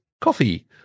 coffee